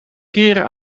keren